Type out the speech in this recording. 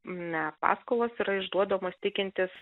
ne paskolos yra išduodamos tikintis